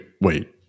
wait